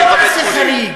זה לא מעשה חריג.